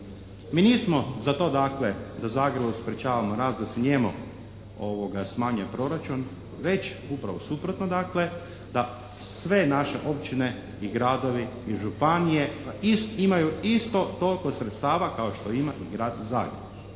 Mi nismo za to dakle da Zagrebu sprječavamo da se njemu smanjuje proračun, već upravo suprotno dakle da sve naše općine i gradovi i županije imaju isto toliko sredstava kao što ima i Grad Zagreb,